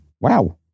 Wow